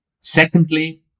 Secondly